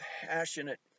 passionate